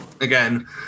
again